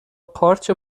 قارچ